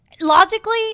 logically